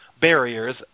barriers